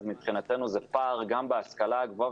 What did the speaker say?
מבחינתנו זה פער גם בהשכלה הגבוהה,